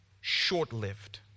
short-lived